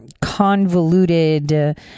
convoluted